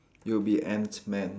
it will be ant man